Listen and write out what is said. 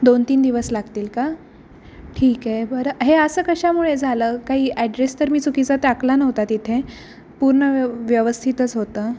दोन तीन दिवस लागतील का ठीक आहे बरं हे असं कशामुळे झालं काही ॲड्रेस तर मी चुकीचा टाकला नव्हता तिथे पूर्ण व्यव व्यवस्थितच होतं